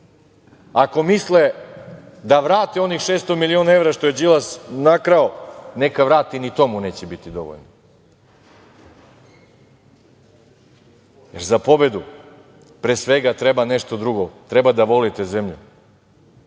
Ako misle da vrate onih 600 miliona evra što je Đilas nakrao, neka vrati, ni to mu neće biti dovoljno. Za pobedu, pre svega treba nešto drugo, treba da volite zemlju,